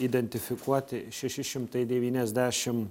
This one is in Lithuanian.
identifikuoti šeši šimtai devyniasdešim